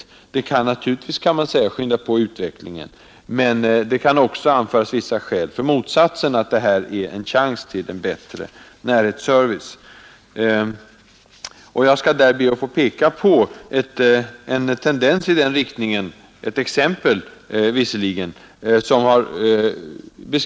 Affärstidslagens slopande kan naturligtvis tänkas skynda på utvecklingen, men det kan även anföras vissa skäl för motsatsen, nämligen att fri affärstid ger en chans till en bättre närhetsservice.